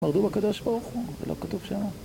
מרדו בקדוש ברוך הוא זה לא כתוב שמה?